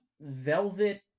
velvet